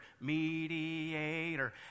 mediator